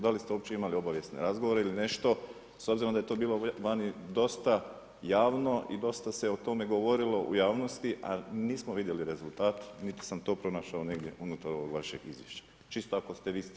Da li se uopće imali obavijesne razgovore ili nešto s obzirom da je to bilo vani dosta javno i dosta se o tome govorilo u javnosti, a nismo vidjeli rezultate niti sam to pronašao negdje unutar ovog vašeg izvješća, čisto ako ste vi s time upoznati.